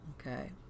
Okay